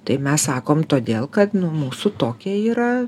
tai mes sakom todėl kad nu mūsų tokia yra